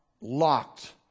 locked